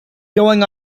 going